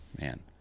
Man